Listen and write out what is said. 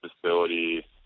facility